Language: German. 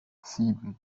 sieben